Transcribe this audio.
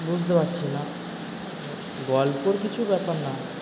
বুঝতে পারছি না গল্পর কিছু ব্যাপার না